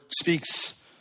speaks